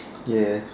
!yay!